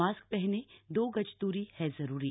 mask पहनें दो गज द्री है जरूरी